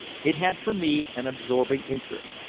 it had for me an absorbing interest,